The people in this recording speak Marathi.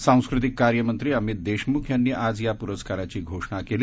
सांस्कृतिक कार्य मंत्री अमित देशमुख यांनी आज या प्रस्काराची घोषणा केली